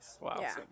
Wow